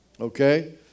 okay